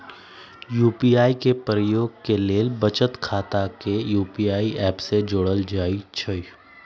UPI के प्रयोग के लेल बचत खता के यू.पी.आई ऐप से जोड़ल जाइ छइ